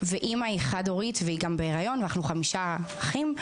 ואימא היא חד הורית והיא גם בהיריון ואנחנו חמישה אחים,